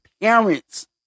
parents